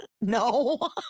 No